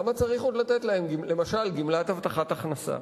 למה צריך עוד לתת להן למשל גמלת הבטחת הכנסה?